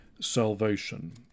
salvation